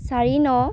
চাৰি ন